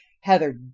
Heather